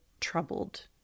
troubled